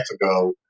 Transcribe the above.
ago